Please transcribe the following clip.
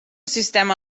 sistema